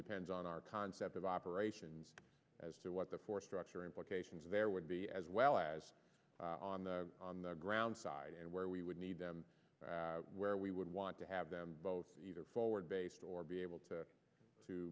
depends on our concept of operations as to what the force structure implications of air would be as well as on the on the ground side and where we would need them where we would want to have them either forward based or be able to